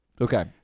Okay